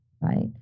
right